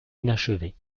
inachevé